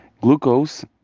Glucose